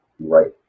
right